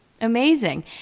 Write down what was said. amazing